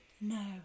No